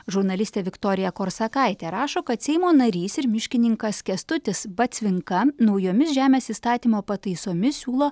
žurnalistė viktorija korsakaitė rašo kad seimo narys ir miškininkas kęstutis batsvinka naujomis žemės įstatymo pataisomis siūlo